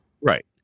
Right